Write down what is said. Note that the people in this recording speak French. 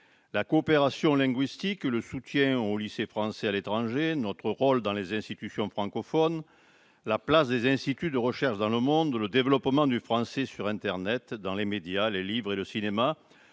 La coopération linguistique, le soutien aux lycées français à l'étranger, notre rôle dans les institutions francophones, la place des instituts de recherche dans le monde et le développement du français sur internet, dans les médias, les livres et le cinéma